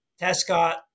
Tescott